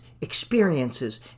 experiences